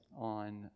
on